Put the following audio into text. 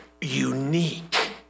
unique